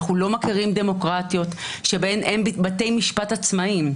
אנחנו לא מכירים דמוקרטיות שבהן אין בתי משפט עצמאיים.